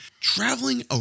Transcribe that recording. traveling